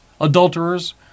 adulterers